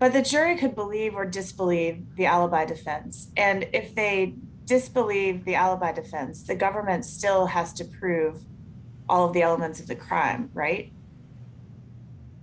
but the jury can believe or disbelieve the alibi defense and if they disbelieve the alibi defense the government still has to prove all the elements of the crime right